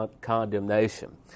condemnation